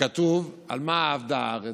כתוב: "על מה אבדה הארץ"?